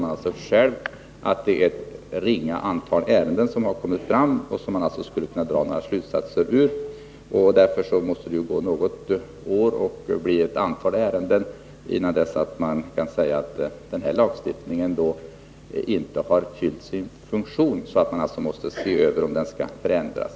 Man kan konstatera att ett för ringa antal ärenden kommit fram för att man skall kunna dra några slutsatser av materialet. Det måste därför gå ytterligare något år och bli litet fler ärenden innan man kan säga att denna lagstiftning inte fyllt sin funktion utan måste ses över och förändras.